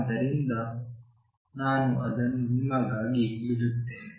ಆದ್ದರಿಂದ ನಾನು ಅದನ್ನು ನಿಮಗಾಗಿ ಬಿಡುತ್ತೇನೆ